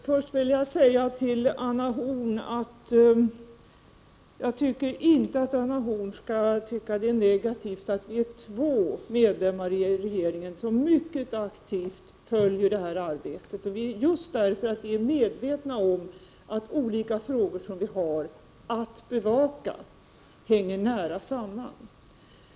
Herr talman! För det första vill jag säga att jag tycker inte att Anna Horn skall se det som negativt att två av regeringens medlemmar mycket aktivt följer det här arbetet. Att vi gör det beror just på att vi är medvetna om att olika frågor som vi har att bevaka hänger nära samman.